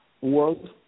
world